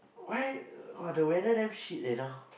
why uh !wah! the weather damn shit eh now